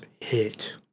hit